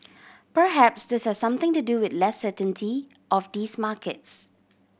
perhaps this has something to do with less certainty of these markets